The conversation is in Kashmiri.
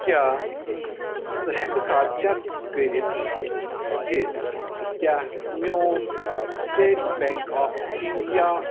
کیٛاہ ژٕ ہیٚکہٕ کھا چیٚک کٔرِتھ زِ کیٛاہ میٛون سِٹیٹ بیٚنٛک آف اِنڈِیا